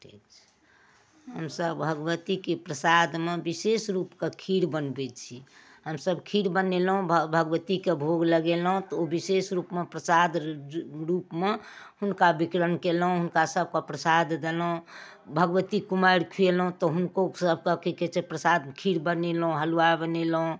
ठीक छै हमसब भगवतीके प्रसादमे विशेष रूपसँ खीर बनबैत छी हमसब खीर बनेलहुँ भगवतीके भोग लगेलहुँ तऽ ओ बिशेष रूपमे प्रसाद रूपमे हुनका विकरण कयलहुँ हुनका सबके प्रसाद देलहुँ भगवती कुमारि खुएलहुँ तऽ हुनको सबके की कहैत छै प्रसाद खीर बनेलहुँ हलुआ बनेलहुँ